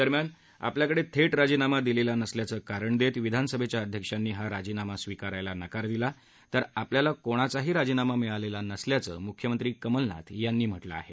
दरम्यान आपल्याकडे थेट राजीनामा दिलेला नसल्याचं कारण देत विधानसभेच्या अध्यक्षांनी हा राजीनामा स्विकारायला नकार दिला आहे तर आपल्याला कोणाचाही राजीनामा मिळालेला नसल्याचं मुख्यमंत्री कमलनाथ यांनी म्हटलं आहे